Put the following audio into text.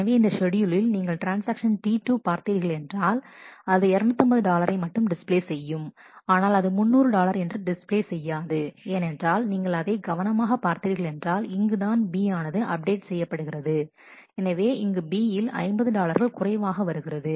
எனவே இந்த ஷெட்யூலில் நீங்கள் ட்ரான்ஸ்ஆக்ஷன் T2 பார்த்தீர்கள் என்றால் அது 250 டாலரை மட்டும் டிஸ்பிளே செய்யும் ஆனால் அது 300 டாலர் என்று டிஸ்ப்ளே செய்யாது ஏனென்றால் நீங்கள் அதை கவனமாக பார்த்தீர்கள் என்றால் இங்குதான் B ஆனது அப்டேட் செய்யப்படுகிறது எனவே இங்கு B யில் 50 டாலர்கள் குறைவாக வருகிறது